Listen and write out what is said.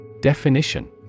Definition